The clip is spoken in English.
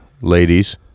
ladies